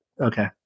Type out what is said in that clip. Okay